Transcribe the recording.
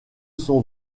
son